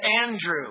Andrew